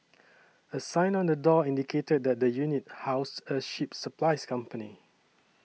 a sign on the door indicated that the unit housed a ship supplies company